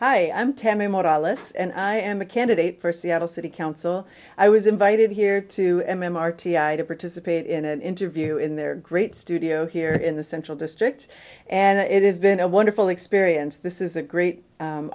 moralists and i am a candidate for seattle city council i was invited here to m m r t i to participate in an interview in their great studio here in the central district and it has been a wonderful experience this is a great